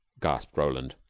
gasped roland.